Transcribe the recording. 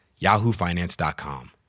yahoofinance.com